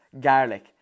garlic